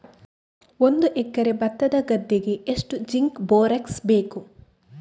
ಒಂದು ಎಕರೆ ಭತ್ತದ ಗದ್ದೆಗೆ ಎಷ್ಟು ಜಿಂಕ್ ಬೋರೆಕ್ಸ್ ಬೇಕು?